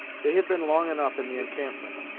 they had been long enough in the encampment,